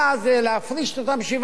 להפריש את אותם שבעה איש,